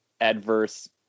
adverse